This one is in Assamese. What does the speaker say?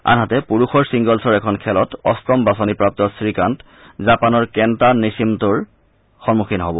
আনহাতে পুৰুষৰ ছিংগলছৰ এখন খেলত অষ্টম বাছনিপ্ৰাপ্ত শ্ৰীকান্ত জাপানৰ কেণ্টা নিশ্চিমটোৰ সন্মুখীন হ'ব